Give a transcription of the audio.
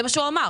זה מה שהוא אמר.